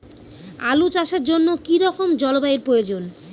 আলু চাষের জন্য কি রকম জলবায়ুর প্রয়োজন?